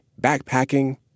backpacking